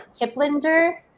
Kiplinger